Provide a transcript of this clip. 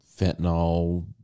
fentanyl